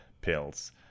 pills